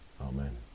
Amen